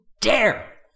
dare